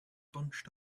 bunched